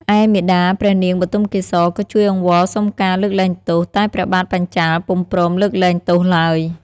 ឯមាតាព្រះនាងបុទមកេសរក៏ជួយអង្វរសុំការលើកលែងទោស តែព្រះបាទបញ្ចាល៍ពុំព្រមលើកលែងទោសឡើយ។